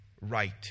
right